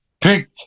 pink